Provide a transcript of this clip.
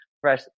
fresh